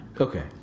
Okay